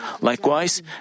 Likewise